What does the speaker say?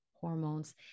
hormones